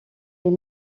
est